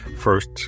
First